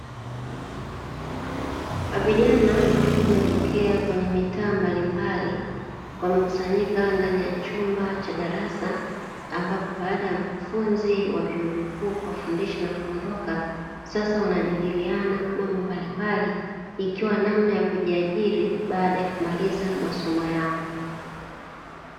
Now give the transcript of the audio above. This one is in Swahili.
Vijana ambao wametokea kwenye mitaa mbalimbali, wamekusanyika ndani ya chumba cha darasa, ambapo baada ya mafunzo ya vyuo vikuu kuwafundishwa na kuondoka, sasa unajadiliana mambo mbalimbali ikiwa namna ya kujiajiri baada ya kumaliza masomo yao.